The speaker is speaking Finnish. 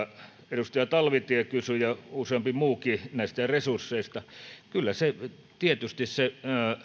edustaja talvitie kysyi ja useampi muukin näistä resursseista kyllä tietysti se